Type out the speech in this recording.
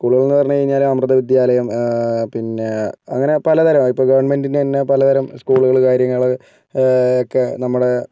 സ്കൂളുകളെന്ന് പറഞ്ഞു കഴിഞ്ഞാൽ അമൃത വിദ്യാലയം പിന്നെ അങ്ങനെ പലതരം ഇപ്പോൾ ഗവൺമെൻറ്റിൻ്റെ തന്നെ പലതരം സ്കൂളുകൾ കാര്യങ്ങൾ ഒക്കെ നമ്മുടെ